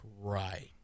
right